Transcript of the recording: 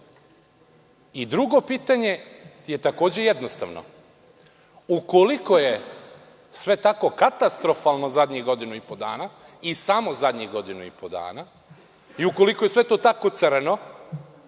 drugo pitanje je takođe jednostavno – ukoliko je sve tako katastrofalno zadnjih godinu i po dana i samo zadnjih godinu i po dana i ukoliko je sve to tako crno,